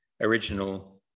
original